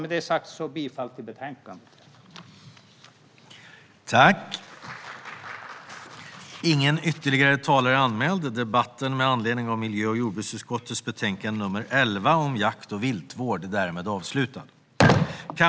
Med det sagt yrkar jag bifall till utskottets förslag i betänkandet.